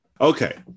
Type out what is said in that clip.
Okay